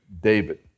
David